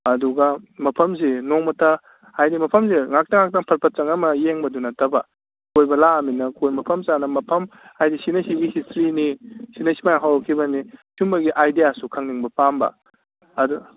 ꯑꯗꯨꯒ ꯃꯐꯝꯁꯤ ꯅꯣꯡꯃꯇ ꯍꯥꯏꯗꯤ ꯃꯐꯝꯁꯦ ꯉꯥꯛꯇꯪ ꯉꯥꯛꯇꯪ ꯐꯠ ꯐꯠ ꯆꯪꯉꯝꯃ ꯌꯦꯡꯕꯗꯨ ꯅꯠꯇꯕ ꯀꯣꯏꯕ ꯂꯥꯛꯑꯃꯤꯅ ꯀꯣ ꯃꯐꯝ ꯆꯥꯅ ꯃꯐꯝ ꯍꯥꯏꯗꯤ ꯁꯤꯅ ꯁꯤꯒꯤꯁꯤ ꯁꯤꯅꯤ ꯁꯤꯅ ꯁꯨꯃꯥꯏꯅ ꯍꯧꯔꯛꯈꯤꯕꯅꯤ ꯁꯨꯝꯕꯒꯤ ꯑꯥꯏꯗꯤꯌꯥꯁꯨ ꯈꯪꯅꯤꯡꯕ ꯄꯥꯝꯕ ꯑꯗꯣ